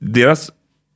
deras-